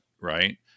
right